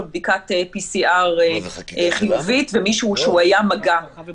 בדיקת PCR חיובית ומישהו שהוא היה מגע -- זה חקיקה שלנו?